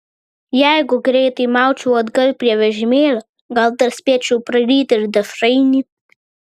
jeigu greitai maučiau atgal prie vežimėlio gal dar spėčiau praryti ir dešrainį